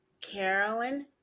Carolyn